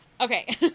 okay